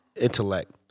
intellect